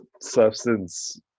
substance